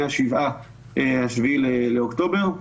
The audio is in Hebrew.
השביעי באוקטובר.